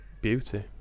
beauty